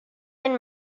and